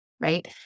right